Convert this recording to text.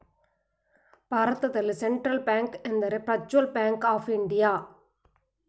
ಭಾರತದಲ್ಲಿ central bank ಎಂದರೆ Prajwal bank of India